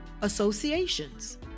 associations